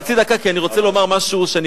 חצי דקה כי אני רוצה לומר משהו, בבקשה, בבקשה.